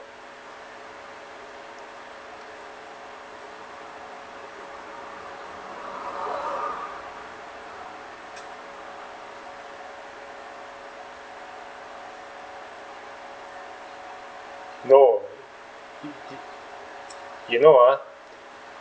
no you know uh